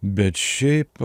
bet šiaip